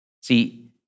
See